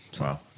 Wow